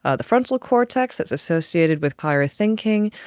ah the frontal cortex that's associated with higher thinking,